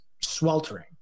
sweltering